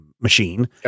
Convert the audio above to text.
machine